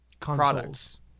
products